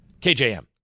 KJM